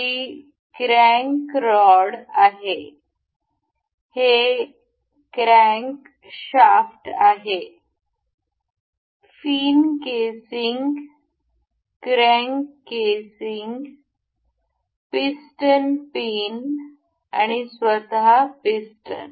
ही crank rod आहे हे crankshaft आहे fin casing crank casing piston पिनआणि स्वत पिस्टन